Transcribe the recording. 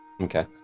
Okay